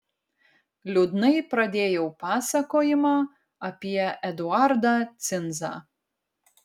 liūdnai pradėjau pasakojimą apie eduardą cinzą